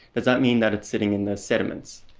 does that mean that it's sitting in the sediments?